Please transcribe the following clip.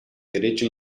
derecho